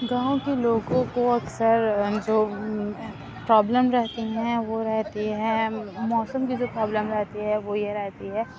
گاؤں کے لوگوں کو اکثر جو پرابلم رہتی ہیں وہ رہتی ہے موسم کی جو پرابلم رہتی ہے وہ یہ رہتی ہے